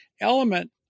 element